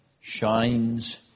shines